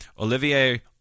Olivier